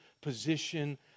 position